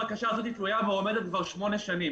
הבקשה הזאת תלויה ועומדת כבר שמונה שנים,